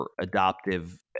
adoptive